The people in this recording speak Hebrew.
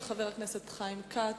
של חבר הכנסת חיים כץ.